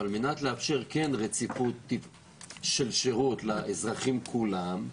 על מנת כן לאפשר רציפות של שירות לאזרחים כולם,